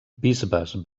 bisbes